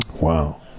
Wow